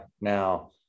now